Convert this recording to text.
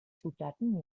zutaten